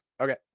Okay